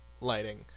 lighting